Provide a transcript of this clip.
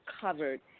covered